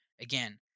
Again